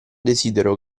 desidero